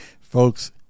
folks